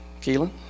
Keelan